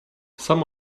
some